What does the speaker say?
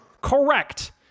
Correct